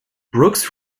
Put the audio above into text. brooks